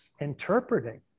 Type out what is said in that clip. interpreting